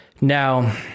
Now